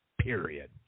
period